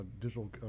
digital